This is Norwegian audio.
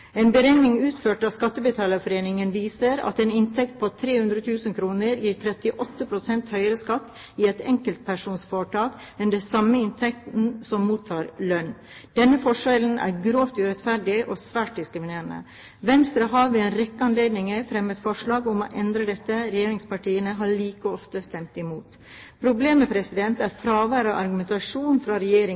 En beregning utført av Skattebetalerforeningen viser at en inntekt på 300 000 kr gir 38 pst. høyere skatt i et enkeltpersonforetak enn den samme inntekten som mottatt lønn. Denne forskjellen er grovt urettferdig og svært diskriminerende. Venstre har ved en rekke anledninger fremmet forslag om å endre dette, regjeringspartiene har like ofte stemt imot. Problemet er fraværet av argumentasjon fra regjeringen